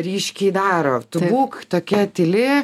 ryškiai daro būk tokia tyli